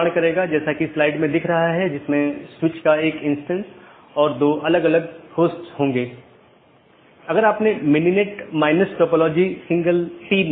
BGP निर्भर करता है IGP पर जो कि एक साथी का पता लगाने के लिए आंतरिक गेटवे प्रोटोकॉल है